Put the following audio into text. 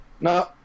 No